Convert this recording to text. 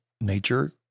nature